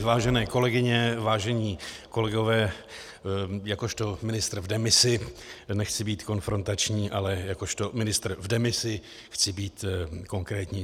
Vážené kolegyně, vážení kolegové, jakožto ministr v demisi nechci být konfrontační, ale jakožto ministr v demisi chci být konkrétní.